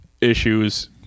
issues